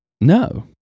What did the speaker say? no